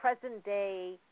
present-day